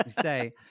say